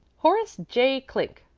horace j. clink,